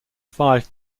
five